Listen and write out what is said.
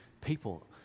people